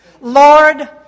Lord